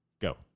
Go